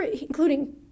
including